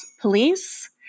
police